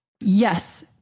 yes